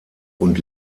und